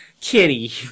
Kitty